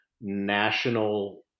national